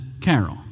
carol